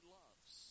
loves